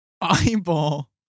eyeball